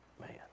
Man